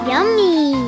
Yummy